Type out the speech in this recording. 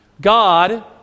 God